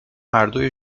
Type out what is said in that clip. هردو